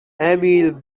emil